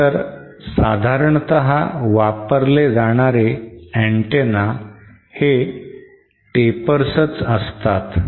खरतर साधारणतः वापरले जाणारे antenna हे tapers च असतात